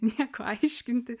nieko aiškinti